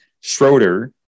Schroeder